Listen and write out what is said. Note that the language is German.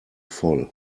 voll